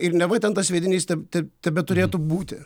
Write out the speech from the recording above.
ir neva ten tas sviedinys ten te tebeturėtų būti